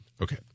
okay